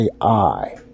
AI